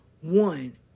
One